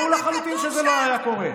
ברור לחלוטין שזה לא היה קורה.